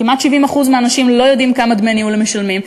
כמעט 70% מהאנשים לא יודעים כמה דמי ניהול הם משלמים.